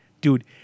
Dude